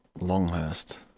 Longhurst